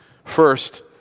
First